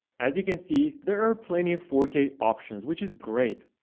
as you can see, there are plenty of four k options which is great.